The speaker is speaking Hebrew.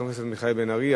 חבר הכנסת מיכאל בן-ארי,